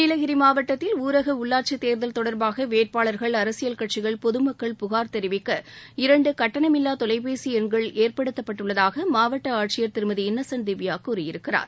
நீலகிரி மாவட்டத்தில் ஊரக உள்ளாட்சித் தேர்தல் தொடர்பாக வேட்பாளர்கள் அரசியல் கட்சிகள் பொதுமக்கள் புகார் தெரிவிக்க இரண்டு கட்டணமில்லா தொலைபேசி எண்கள் ஏற்படுத்தப்பட்டுள்ளதாக மாவட்ட ஆட்சியர் திருமதி இன்னசென்ட் திவ்யா கூறியிருக்கிறார்